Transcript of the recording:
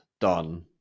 Done